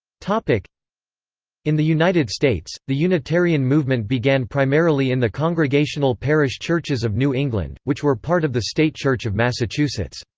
like in the united states, the unitarian movement began primarily in the congregational parish churches of new england, which were part of the state church of massachusetts.